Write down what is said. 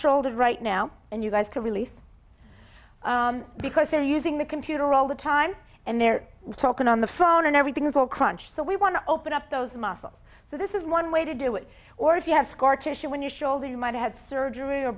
shouldered right now and you guys can release because they're using the computer all the time and they're talking on the phone and everything is all crunched so we want to open up those muscles so this is one way to do it or if you have scar tissue in your shoulder you might had surgery or